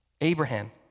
Abraham